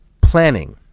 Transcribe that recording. Planning